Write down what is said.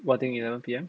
what thing eleven P_M